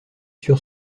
sur